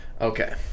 Okay